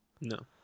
No